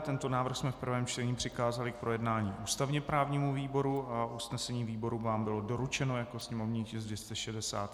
Tento návrh jsme v prvém čtení přikázali k projednání ústavněprávnímu výboru, usnesení výboru vám bylo doručeno jako sněmovní tisk 261/1.